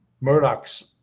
Murdoch's